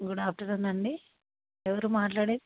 good afternoon అండి ఎవరు మాట్లాడేది